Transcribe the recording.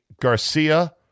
Garcia